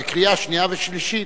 בקריאה שנייה ושלישית,